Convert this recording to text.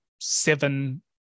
seven